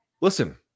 Listen